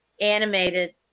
animated